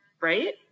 right